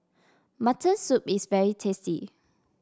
Mutton Soup is very tasty